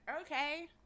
Okay